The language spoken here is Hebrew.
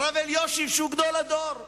הרב אלישיב, שהוא גדול הדור,